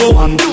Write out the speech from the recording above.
one